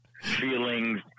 Feelings